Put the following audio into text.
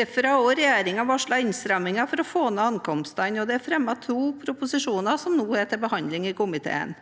Derfor har regjeringen også varslet innstramminger for å få ned ankomstene, og det er fremmet to proposisjoner som nå er til behandling i komiteen.